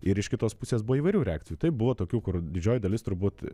ir iš kitos pusės buvo įvairių reakcijų taip buvo tokių kur didžioji dalis turbūt